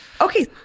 Okay